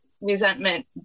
resentment